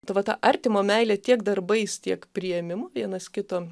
ta vat artimo meilė tiek darbais tiek priėmimu vienas kito